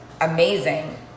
amazing